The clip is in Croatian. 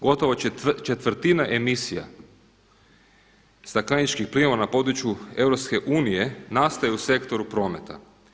Gotovo četvrtina emisija stakleničkih plinova na području EU nastaje u Sektoru prometa.